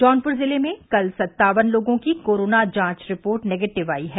जौनपुर जिले में कल सत्तावन लोगों की कोरोना जांच रिपोर्ट निगेटिव आयी है